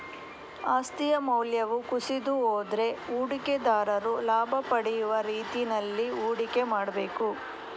ಆಸ್ತಿಯ ಮೌಲ್ಯವು ಕುಸಿದು ಹೋದ್ರೆ ಹೂಡಿಕೆದಾರರು ಲಾಭ ಪಡೆಯುವ ರೀತಿನಲ್ಲಿ ಹೂಡಿಕೆ ಮಾಡ್ಬೇಕು